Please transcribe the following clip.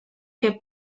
que